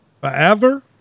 Forever